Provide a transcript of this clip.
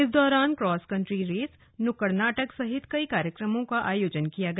इस दौरान cross country race नुक्कड़ नाटक सहित कई कार्यक्रमों का आयोजन किया गया